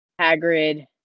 Hagrid